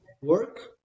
work